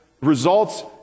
results